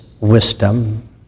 wisdom